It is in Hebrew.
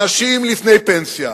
אנשים לפני פנסיה,